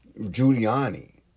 Giuliani